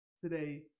today